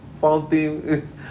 fountain